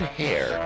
hair